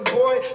boy